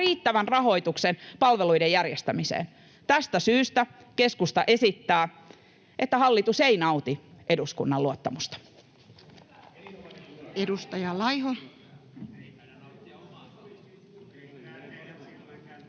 riittävän rahoituksen palveluiden järjestämiseen. Tästä syystä keskusta esittää, että hallitus ei nauti eduskunnan luottamusta.